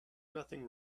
nothing